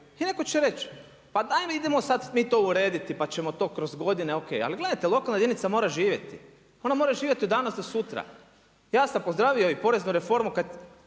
I netko će reći, pa daj mi, idemo sad mi to urediti pa ćemo to kroz godine, OK. Ali gledajte lokalna jedinica mora živjeti, ona mora živjeti od danas do sutra. Ja sam pozdravio i poreznu reformu i